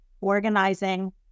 Organizing